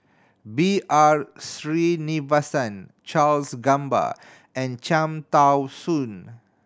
B R Sreenivasan Charles Gamba and Cham Tao Soon